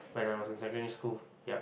when I was in secondary school yup